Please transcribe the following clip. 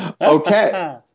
okay